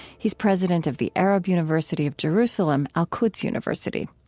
he is president of the arab university of jerusalem, al-quds university.